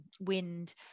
wind